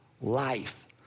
life